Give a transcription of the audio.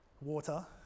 water